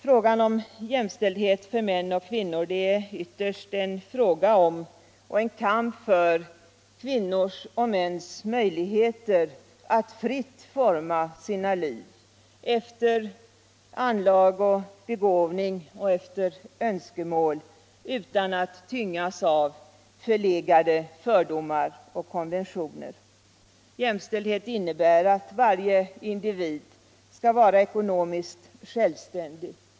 Frågan om jämställdhet mellan män och kvinnor är ytterst en fråga om och en kamp för kvinnors och mäns möjligheter att fritt forma sina liv — efter anlag och begåvning och efter önskemål utan att tyngas av förlegade fördomar och konventioner. Jämställdhet innebär att varje individ skall vara ekonomiskt självständig.